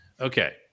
okay